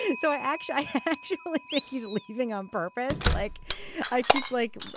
and so i actually i actually but like think he's leaving on purpose like i keep like